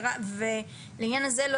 ולעניין הזה,